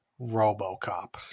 Robocop